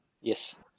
yes